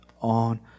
on